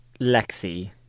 Lexi